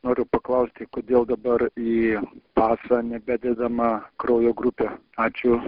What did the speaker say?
noriu paklausti kodėl dabar į pasą nebededama kraujo grupė ačiū